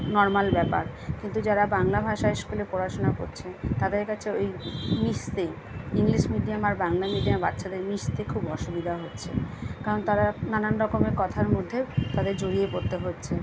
normal ব্যাপার কিন্তু যারা বাংলা ভাষায় স্কুলে পড়াশোনা করছে তাদের কাছে ওই মিশতে ইংলিশ মিডিয়াম আর বাংলা মিডিয়াম বাচ্চাদের মিশতে খুব অসুবিধা হচ্ছে কারণ তারা নানান রকমের কথার মধ্যে তাদের জড়িয়ে পড়তে হচ্ছে